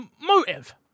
Motive